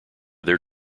their